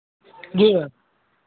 जी